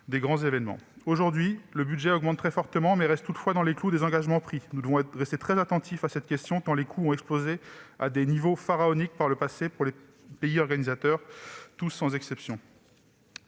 les grands événements. Aujourd'hui, le budget augmente très fortement, mais reste toutefois dans les clous des engagements pris. Nous devons rester très attentifs à cette question, tant les coûts ont explosé à des niveaux pharaoniques par le passé pour tous les pays organisateurs, sans exception.